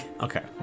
Okay